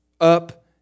up